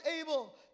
able